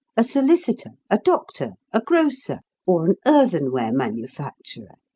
a solicitor, a doctor, a grocer, or an earthenware manufacturer.